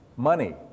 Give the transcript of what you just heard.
money